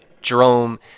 Jerome